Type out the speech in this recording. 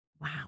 Wow